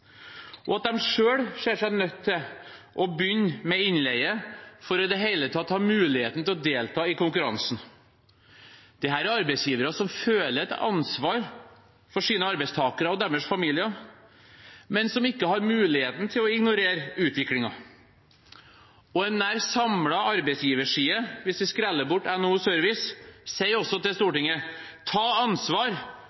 og at de selv ser seg nødt til å begynne med innleie for i det hele tatt å ha mulighet til å delta i konkurransen. Dette er arbeidsgivere som føler et ansvar for sine arbeidstakere og deres familier, men som ikke har mulighet til å ignorere utviklingen. Og en nesten samlet arbeidsgiverside – hvis vi skreller bort NHO Service – sier til